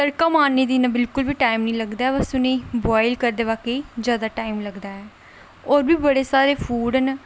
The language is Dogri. तड़का मारदे बिल्कुल टैम निं लगदा ऐ पर बस बुआइल करदे मौके जादै टैम लगदा ऐ होर बी बड़े सारे फूड न